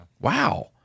Wow